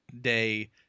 day